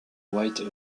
white